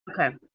Okay